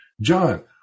John